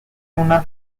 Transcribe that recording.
una